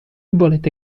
volete